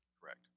Correct